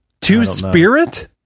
Two-spirit